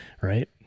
right